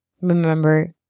remember